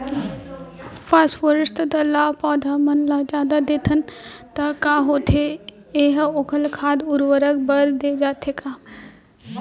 Phosphorus तथा ल पौधा मन ल जादा देथन त का होथे हे, का ओला खाद उर्वरक बर दे जाथे का?